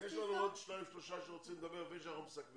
אלו שרוצים לחזור לישראל ושלא מאפשרים להם.